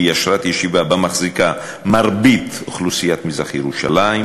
שהיא אשרת ישיבה שבה מחזיקה מרבית אוכלוסיית מזרח-ירושלים,